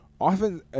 often